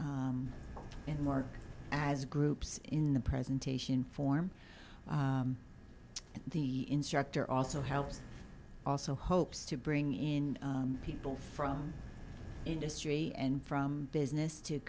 work as groups in the presentation form and the instructor also helps also hopes to bring in people from industry and from business to